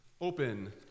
open